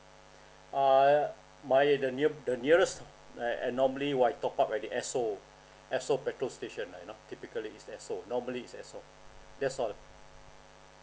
ah my the the nearest I I normally while I top up at the esso esso petrol station lah you know typical is esso normally is esso that's all